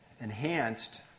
enhanced